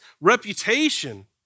reputation